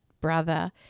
brother